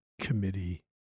Committee